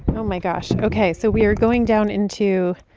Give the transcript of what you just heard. and oh, my gosh. ok, so we are going down into